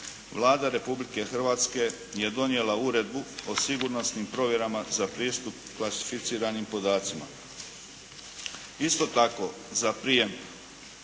Vlada Republike Hrvatske je donijela Uredbu o sigurnosnim provjerama za pristup klasificiranim podacima. Isto tako, za prijem